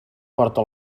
porta